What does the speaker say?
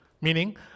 Meaning